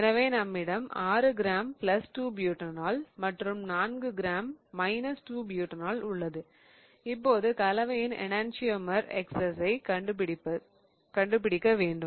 எனவே நம்மிடம் 6 gram 2 butanol 2 Butanol மற்றும் 4 கிராம் 2 புட்டானோல் 2 Butanol உள்ளது இப்போது கலவையின் எணன்சியமர் எக்ஸஸை கண்டுபிடிக்க வேண்டும்